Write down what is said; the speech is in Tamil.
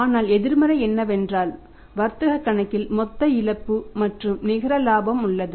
ஆனால் எதிர்மறை என்னவென்றால் வர்த்தக கணக்கில் மொத்த இழப்பு மற்றும் நிகர இலாபம் உள்ளது